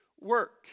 work